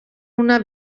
una